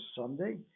Sunday